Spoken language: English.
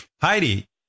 Heidi